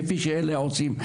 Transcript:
כפי שאלה עושים.